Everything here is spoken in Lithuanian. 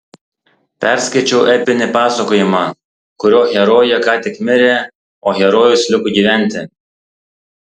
perskaičiau epinį pasakojimą kurio herojė ką tik mirė o herojus liko gyventi